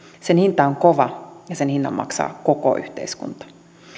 sen hinta on kova ja sen hinnan maksaa koko yhteiskunta